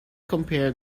compare